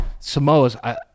Samoas